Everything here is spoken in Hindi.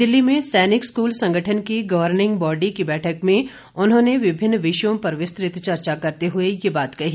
नई दिल्ली में सैनिक स्कूल संगठन की गवर्निंग बॉडी की बैठक में उन्होंने विभिन्न विषयों पर विस्तृत चर्चा करते हुए ये बात कही